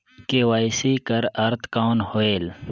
KYC कर अर्थ कौन होएल?